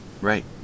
right